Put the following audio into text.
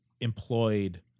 employed